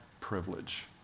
privilege